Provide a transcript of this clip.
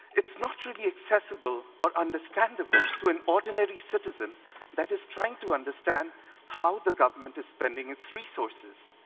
it's not really accessible or understandable to an ordinary citizen that is trying to understand how the government is spending its resources.